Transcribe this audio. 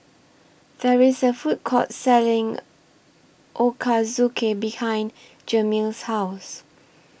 There IS A Food Court Selling Ochazuke behind Jameel's House